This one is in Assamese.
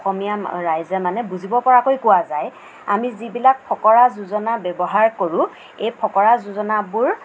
অসমীয়া ৰাইজে মানে বুজিব পৰাকৈ কোৱা যায় আমি যিবিলাক ফকৰা যোজনা ব্যৱহাৰ কৰোঁ এই ফকৰা যোজনাবোৰ